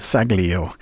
Saglio